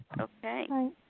Okay